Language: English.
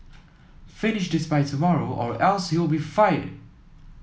finish this by tomorrow or else you'll be fired